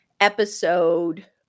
episode